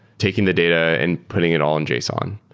taking the data and putting it all in json.